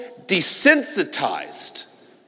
desensitized